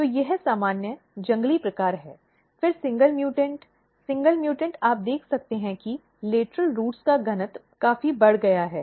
तो यह सामान्य जंगली प्रकार है फिर सिंगल म्यूटॅन्ट सिंगल म्यूटॅन्ट आप देख सकते हैं कि लेटरल जड़ों का घनत्व काफी बढ़ गया है